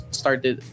started